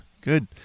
good